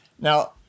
Now